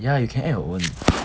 ya you can add your own